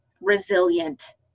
resilient